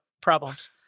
problems